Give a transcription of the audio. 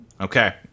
Okay